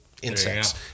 Insects